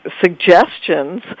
suggestions